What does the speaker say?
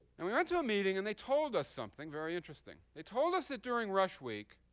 and we went to a meeting. and they told us something very interesting. they told us that during rush week,